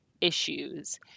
issues